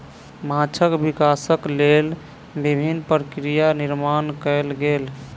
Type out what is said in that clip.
माँछक विकासक लेल विभिन्न प्रक्रिया निर्माण कयल गेल